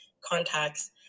contacts